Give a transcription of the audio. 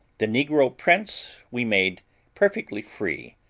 the negro prince we made perfectly free,